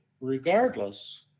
regardless